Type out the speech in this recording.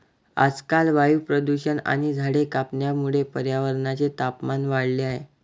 आजकाल वायू प्रदूषण आणि झाडे कापण्यामुळे पर्यावरणाचे तापमान वाढले आहे